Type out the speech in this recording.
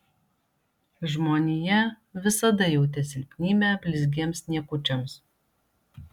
žmonija visada jautė silpnybę blizgiems niekučiams